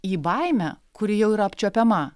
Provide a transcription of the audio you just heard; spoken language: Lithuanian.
į baimę kuri jau yra apčiuopiama